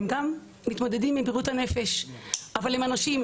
הם גם מתמודדים עם בריאות הנפש אבל הם אנשים,